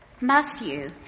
Matthew